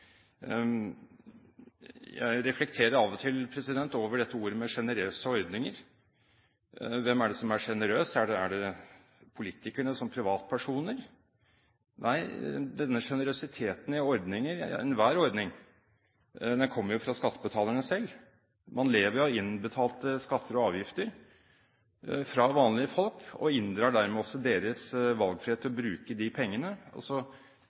Jeg reflekterer av og til over uttrykket sjenerøse ordninger. Hvem er det som er sjenerøs? Er det politikerne som privatpersoner? Nei, denne sjenerøsiteten i ordninger – ja, enhver ordning – kommer fra skattebetalerne selv. Man lever jo av innbetalte skatter og avgifter fra vanlige folk og inndrar dermed også deres valgfrihet til å bruke de pengene,